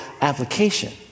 application